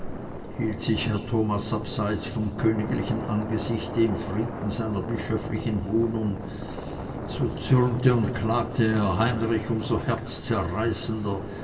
sich herr thomas abseits vom königlichen angesichte im frieden seiner bischöflichen wohnung so zürnte und klagte herr heinrich um so herzzerreißender